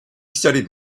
studied